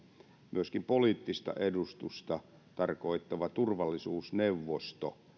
myöskin poliittista edustusta tarkoittava turvallisuusneuvosto